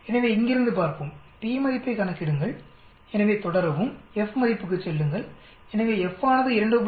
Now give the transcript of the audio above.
எனவே இங்கிருந்து பார்ப்போம் p மதிப்பைக் கணக்கிடுங்கள் எனவே தொடரவும்F மதிப்புக்குச் செல்லுங்கள் எனவே F ஆனது 2